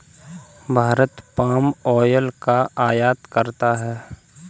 Bharat palm oil का आयात करता है